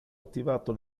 attivato